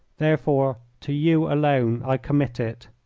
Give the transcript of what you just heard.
therefore to you alone i commit it.